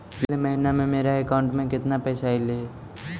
पिछले महिना में मेरा अकाउंट में केतना पैसा अइलेय हे?